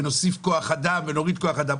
ונוסיף כוח אדם ונוריד כוח אדם.